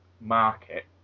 market